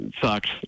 sucks